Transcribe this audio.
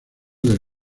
del